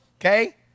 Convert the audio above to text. okay